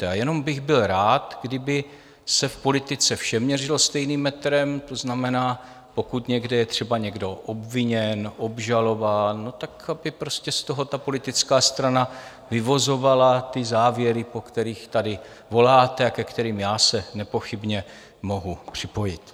A jenom bych byl rád, kdyby se v politice všem měřilo stejným metrem, to znamená, pokud někde je třeba někdo obviněn, obžalován, tak aby prostě z toho ta politická strana vyvozovala ty závěry, po kterých tady voláte a ke kterým já se nepochybně mohu připojit.